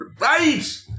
Right